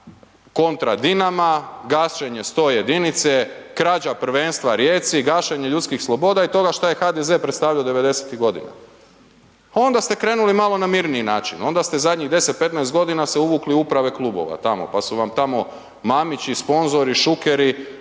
kontra Dinama, gašenje 101-ice, krađa prvenstva Rijeci, gašenje ljudskih sloboda i toga šta je HDZ predstavljao 90-ih godina, onda ste krenuli malo na mirniji način, onda ste zadnjih 10, 15 g. se uvukli u uprave klubova tamo, pa su vam tamo Mamić i sponzori, Šukeri